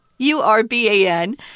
U-R-B-A-N